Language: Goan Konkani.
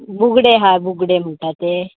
बुगडे आहा बुगडे म्हणटा ते